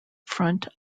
front